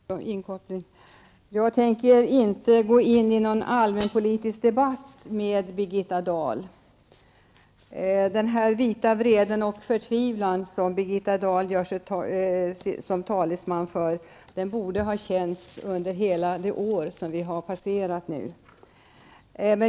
Herr talman! Jag tänker inte gå in i någon allmänpolitisk debatt med Birgitta Dahl. Den vita vrede och den förtvivlan som Birgitta Dahl gör sig till talesman för borde ha känts under hela det år som snart har passerat.